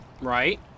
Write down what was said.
Right